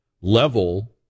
level